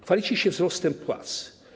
Chwalicie się wzrostem płac.